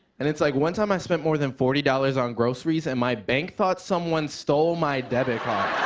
and it's like one time i spent more than forty dollars on groceries, and my bank thought someone stole my debit card.